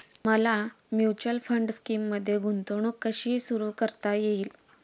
मला mutual fund स्कीममध्ये गुंतवणूक कशी सुरू करता येईल?